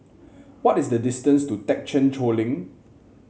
what is the distance to Thekchen Choling